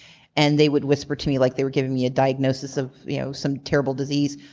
and they would whisper to me like they were giving me a diagnosis of you know some terrible disease,